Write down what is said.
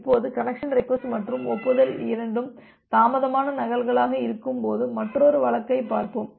இப்போது connection request மற்றும் ஒப்புதல் இரண்டும் தாமதமான நகல்களாக இருக்கும்போது மற்றொரு வழக்கைப் பார்ப்போம்